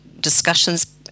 discussions